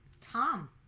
Tom